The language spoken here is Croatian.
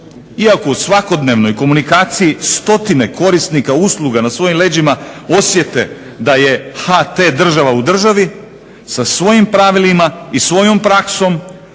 iako u svakodnevnoj komunikaciji stotine korisnika usluga na svojim leđima osjete da je HT država u državi sa svojim pravilima i praksom,